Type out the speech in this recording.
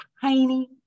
tiny